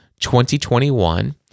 2021